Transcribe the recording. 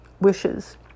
wishes